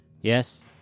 Yes